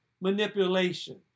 manipulation